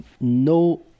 no